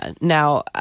Now